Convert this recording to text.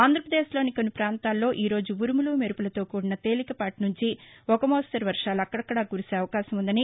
ఆంధ్రప్రదేశ్లోని కొన్ని ప్రాంతాల్లో ఈ రోజు ఉరుములు మెరుపులతో కూడిన తేలికపాటి నుంచి ఒక మోస్తరు వర్వాలు అక్కడక్కడ కురిసే అవకాశం ఉందని